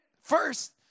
First